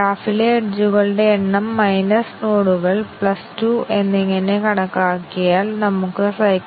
എന്നിട്ട് ബാക്കിയുള്ള രണ്ടെണ്ണം ശരിയും തെറ്റും ആണെന്ന് നമുക്ക് പറയാം